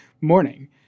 morning